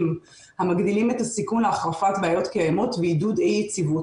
המגדילים את הסיכון להחרפת בעיות קיימות ועידוד אי-יציבות.